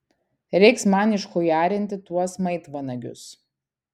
reiks man išchujarinti tuos maitvanagius